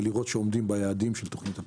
ולראות שעומדים ביעדים של תוכנית הפיתוח.